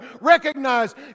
Recognize